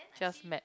just met